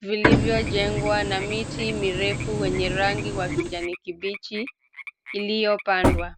vilivyojengwa na miti mirefu wenye rangi ya kijani kibichi iliyopandwa.